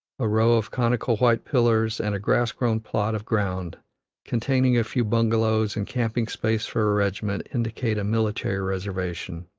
a row of conical white pillars and a grass-grown plot of ground containing a few bungalows and camping space for a regiment indicate a military reservation.